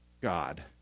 God